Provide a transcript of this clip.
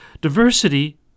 Diversity